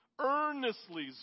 Earnestly